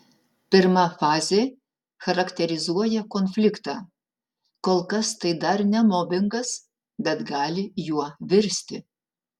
pirma fazė charakterizuoja konfliktą kol kas tai dar ne mobingas bet gali juo virsti